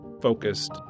focused